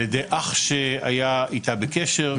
על ידי אח שהיה איתה בקשר,